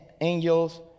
angels